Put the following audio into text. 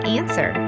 answer